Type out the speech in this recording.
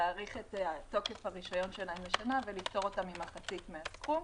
להאריך את תוקף הרישיון שלהם לשנה ולפטור ממחצית מהסכום.